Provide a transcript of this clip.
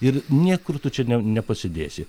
ir niekur tu čia nepasidėsi